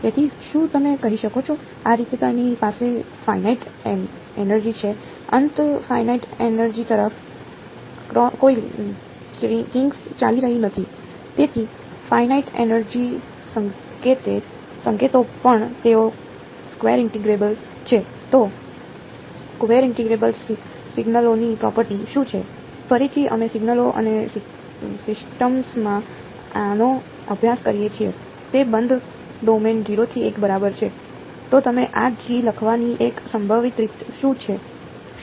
તેથી finite energy સંકેતો પણ તેઓ સ્કવેર ઇન્ટિગ્રેબલ તરીકે લખી શકું